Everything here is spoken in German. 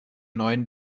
neuen